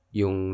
yung